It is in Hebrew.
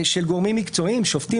של גורמים מקצועיים: שופטים,